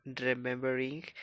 remembering